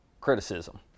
criticism